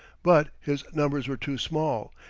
but his numbers were too small,